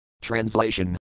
Translation